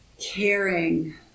caring